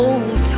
Old